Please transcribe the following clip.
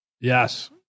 Yes